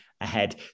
ahead